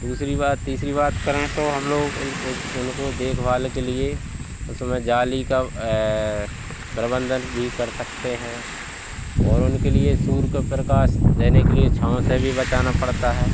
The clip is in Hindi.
दूसरी बात तीसरी बात करें तो हम लोग उन उनको देखभाल के लिए उसमें जाली का प्रबंधन भी कर सकते हैं और उनके लिए सूर्य के प्रकाश देने के लिए छाँव से भी बचाना पड़ता है